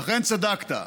אכן, צדקת.